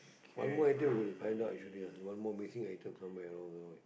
one more item we got to find out actually ah one more missing item somewhere along the way